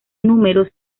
números